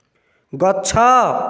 ଗଛ